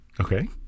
Okay